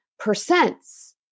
percents